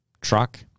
truck